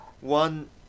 One